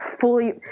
fully